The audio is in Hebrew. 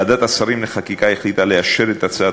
ועדת השרים לחקיקה החליטה לאשר את הצעת